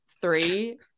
three